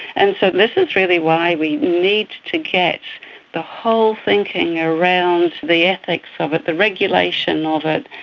and so this is really why we need to get the whole thinking around the ethics of it, the regulation of it,